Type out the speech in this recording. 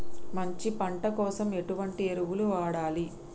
మంచి పంట కోసం ఎటువంటి ఎరువులు వాడాలి?